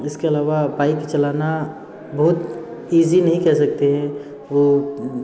इसके अलावा बाइक चलाना बहुत इज़ी नहीं कह सकते हो वो